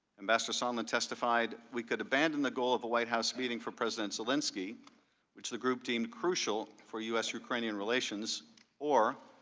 ambassador sondland testified we could abandon the goal of the white house meeting for president zelensky what the group deemed crucial for u s. ukrainian relations or,